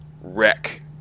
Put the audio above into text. wreck